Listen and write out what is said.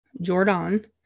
jordan